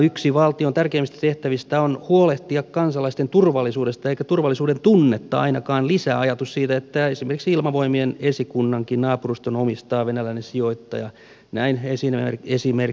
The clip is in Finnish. yksi valtion tärkeimmistä tehtävistä on huolehtia kansalaisten turvallisuudesta eikä turvallisuuden tunnetta ainakaan lisää ajatus siitä että esimerkiksi ilmavoimien esikunnankin naapuruston omistaa venäläissijoittaja näin esimerkkinä